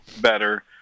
better